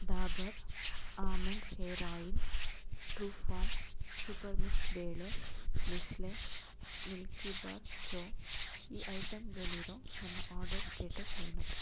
Dabur almond hair oil true farm super mix ಬೇಳೆ Nestle milkybar ಚೊ ಈ ಐಟಂಗಳಿರೋ ನನ್ನ ಆರ್ಡರ್ ಸ್ಟೇಟಸ್ ಏನು